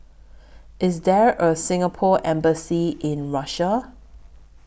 IS There A Singapore Embassy in Russia